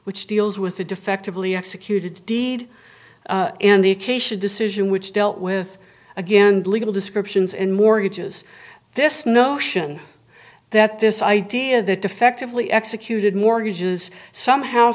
which deals with the defectively executed deed and the acacia decision which dealt with again legal descriptions and mortgages this notion that this idea that effectively executed mortgages somehow